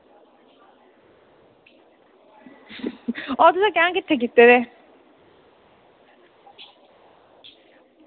ओ तुसैं कैं किट्ठे कीत्ते दे